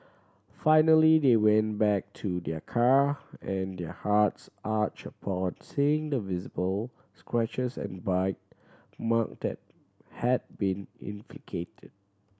finally they went back to their car and their hearts ached upon seeing the visible scratches and bite mark that had been inflicted